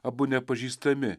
abu nepažįstami